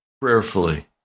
prayerfully